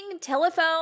Telephone